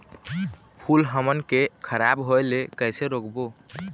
फूल हमन के खराब होए ले कैसे रोकबो?